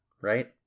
right